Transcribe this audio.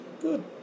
good